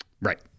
Right